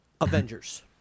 avengers